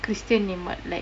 christian name what like